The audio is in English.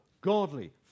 godly